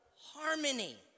harmony